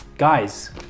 Guys